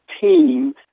team